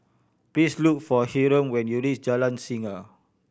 please look for Hyrum when you reach Jalan Singa